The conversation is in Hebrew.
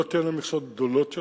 לא תהיינה מכסות גדולות יותר,